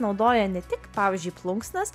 naudoja ne tik pavyzdžiui plunksnas